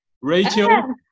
Rachel